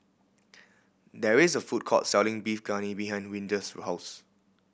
there is a food court selling Beef Galbi behind Windell's house